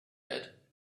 bed